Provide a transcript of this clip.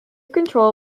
control